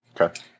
okay